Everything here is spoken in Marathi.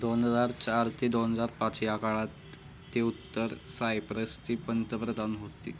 दोन हजार चार ते दोन हजार पाच या काळात ते उत्तर सायप्रसचे पंतप्रधान होते